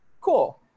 cool